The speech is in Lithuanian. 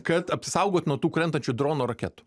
kad apsisaugot nuo tų krentančių dronų raketų